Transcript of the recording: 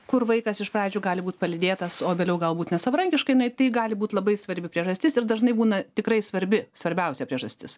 kur vaikas iš pradžių gali būt palydėtas o vėliau galbūt net savarankiškai nueit tai gali būt labai svarbi priežastis ir dažnai būna tikrai svarbi svarbiausia priežastis